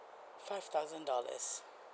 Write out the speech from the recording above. five thousand dollars